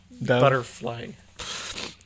butterfly